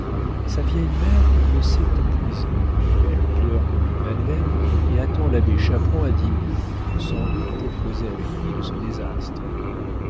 sa vieille mère le sait en prison elle pleure comme une madeleine et attend l'abbé chaperon à dîner sans doute pour causer avec lui de ce désastre